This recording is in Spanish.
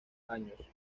años